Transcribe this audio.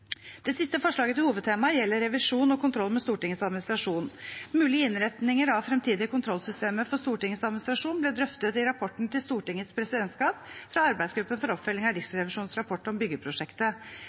Det siste forslaget til hovedtema gjelder revisjon og kontroll av Stortingets administrasjon. Mulige innretninger av fremtidige kontrollsystemer for Stortingets administrasjon ble drøftet i rapporten til Stortingets presidentskap fra arbeidsgruppen for oppfølging av